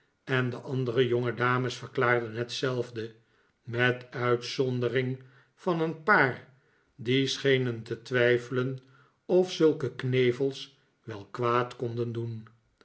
en de andere jongedames verklaarden hfetzelfde met uitzondering van een paar die schenen te twijfelen of zulke knevels wel kwaad konden doen